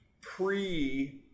pre-